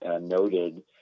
noted